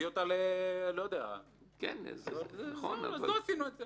ולא עשינו את זה,